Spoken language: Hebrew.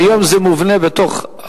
היום זה מובנה בתוך,